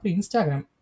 Instagram